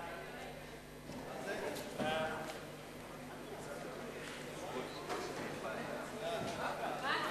ההצעה להעביר את הצעת חוק לתיקון פקודת